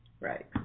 right